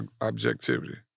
objectivity